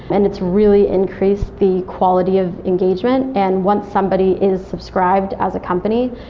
and it's really increased the quality of engagement. and once somebody is subscribed as a company,